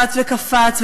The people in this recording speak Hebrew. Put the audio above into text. רץ וקפץ,